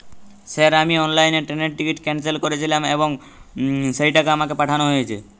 Sir আমি অনলাইনে ট্রেনের টিকিট ক্যানসেল করেছিলাম এবং সেই টাকা আমাকে পাঠানো হয়েছে?